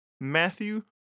Matthew